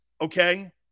okay